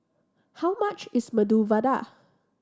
how much is Medu Vada